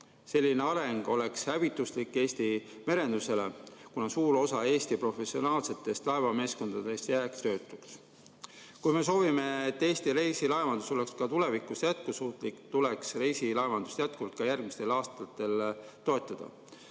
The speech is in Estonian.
Selline areng oleks hävituslik Eesti merendusele, kuna suur osa Eesti professionaalsetest laevameeskondadest jääks töötuks. Kui me soovime, et Eesti reisilaevandus oleks ka tulevikus jätkusuutlik, tuleks reisilaevandust jätkuvalt ka järgmistel aastatel toetada.